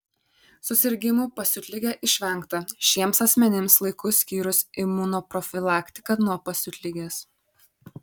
susirgimų pasiutlige išvengta šiems asmenims laiku skyrus imunoprofilaktiką nuo pasiutligės